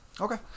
Okay